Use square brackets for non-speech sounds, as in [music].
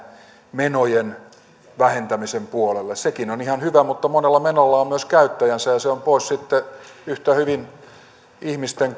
menojen vähentämisen puolelle sekin on ihan hyvä mutta monella menolla on myös käyttäjänsä ja se on sitten pois yhtä hyvin ihmisten [unintelligible]